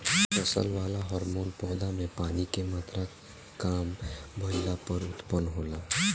फसल वाला हॉर्मोन पौधा में पानी के मात्रा काम भईला पर उत्पन्न होला